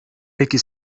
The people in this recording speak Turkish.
peki